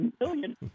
million